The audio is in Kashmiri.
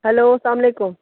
ہیٚلو السلامُ علیکُم